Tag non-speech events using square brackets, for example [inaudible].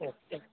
[unintelligible]